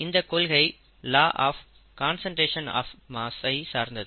இந்தக் கொள்கை law of conservation of mass ஐ சார்ந்தது